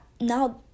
now